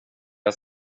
jag